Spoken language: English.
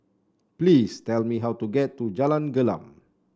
please tell me how to get to Jalan Gelam